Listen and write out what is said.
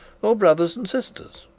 or brothers and sisters.